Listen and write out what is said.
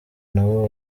nabo